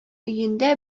өендә